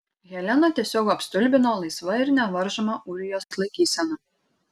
heleną tiesiog apstulbino laisva ir nevaržoma ūrijos laikysena